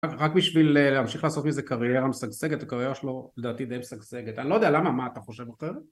רק בשביל להמשיך לעשות מזה קריירה משגשגת, הקריירה שלו לדעתי די משגשגת, אני לא יודע למה, מה אתה חושב אחרת?